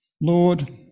Lord